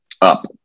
up